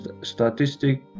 Statistic